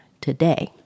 today